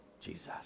Jesus